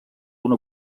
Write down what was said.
una